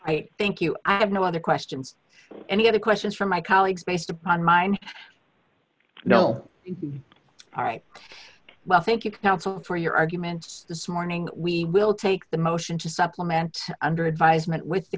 i think you i have no other questions any other questions from my colleagues based upon mine no all right well thank you counsel for your arguments this morning we will take the motion to supplement under advisement with the